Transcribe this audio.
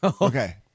Okay